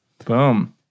Boom